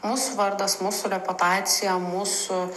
mūsų vardas mūsų reputacija mūsų